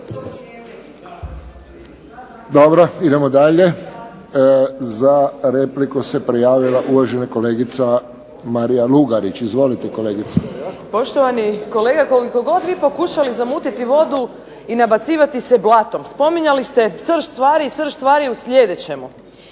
Dobro. Idemo dalje. Za repliku se prijavila uvažena kolegica Marija Lugarić. Izvolite kolegice. **Lugarić, Marija (SDP)** Poštovani kolega, koliko god vi pokušali zamutiti vodu i nabacivati se blatom spominjali ste srž stvari i srž stvari je u sljedećemu.